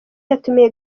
yatumiye